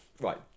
Right